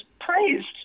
praised